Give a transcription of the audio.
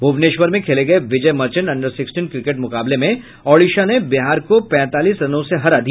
भुवनेश्वर में खेले गये Vijay Merchant under sixteen cricket मुकाबले में ओडिशा ने बिहार को पैंतालीस रनों से हरा दिया